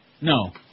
No